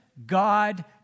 God